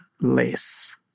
less